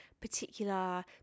particular